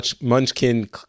munchkin